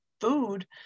food